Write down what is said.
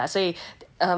yeah